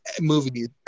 movies